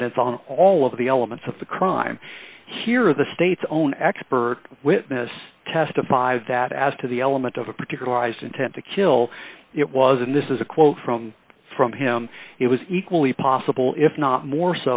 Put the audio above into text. evidence on all of the elements of the crime here the state's own expert witness testified that as to the element of a particular ised intent to kill it was and this is a quote from from him it was equally possible if not more